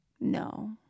No